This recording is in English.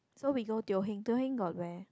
so we go Teo-Heng Teo-Heng got where